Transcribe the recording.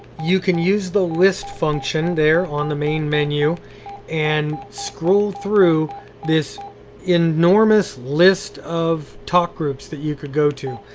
you can use the list function there on the main menu and scroll through this enormous list of talk groups that you could go to.